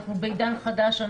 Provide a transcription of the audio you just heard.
אנחנו בעידן חדש.